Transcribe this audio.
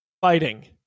fighting